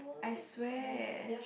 I swear